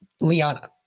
Liana